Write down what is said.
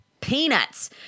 Peanuts